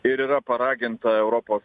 ir yra paraginta europos